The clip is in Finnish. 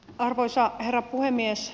arvoisa herra puhemies